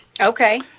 Okay